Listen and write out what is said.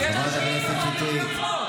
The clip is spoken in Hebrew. לא רוצה לשמוע אותך.